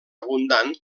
abundant